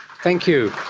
thank you.